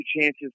chances